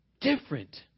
different